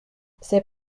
c’est